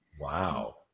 Wow